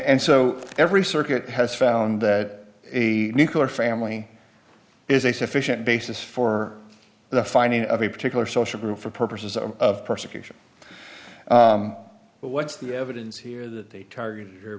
so every circuit has found that a nuclear family is a sufficient basis for the finding of a particular social group for purposes of persecution but what's the evidence here that they targeted here